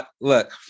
Look